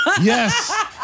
Yes